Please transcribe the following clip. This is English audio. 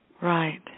Right